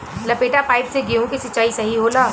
लपेटा पाइप से गेहूँ के सिचाई सही होला?